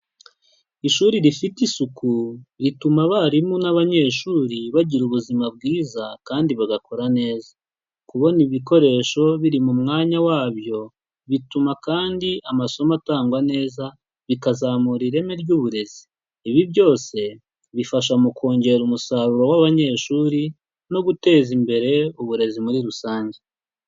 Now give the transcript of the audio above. Ishuri rifite isuku rituma abarimu n'abanyeshuri bagira ubuzima bwiza kandi bagakora neza, kubona ibikoresho biri mu mwanya wabyo, bituma kandi amasomo atangwa neza, bikazamura ireme ry'uburezi, ibi byose bifasha mu kongera umusaruro w'abanyeshuri no guteza imbere uburezi muri rusange.